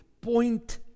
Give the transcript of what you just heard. Point